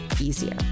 easier